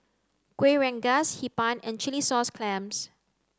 kueh rengas hee pan and chilli sauce clams